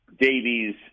Davies